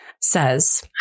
says